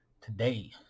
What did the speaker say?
today